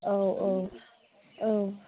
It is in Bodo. औ औ औ